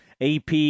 AP